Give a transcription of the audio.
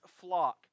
flock